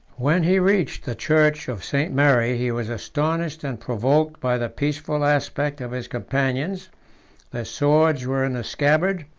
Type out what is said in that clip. when he reached the church of st. mary, he was astonished and provoked by the peaceful aspect of his companions their swords were in the scabbard,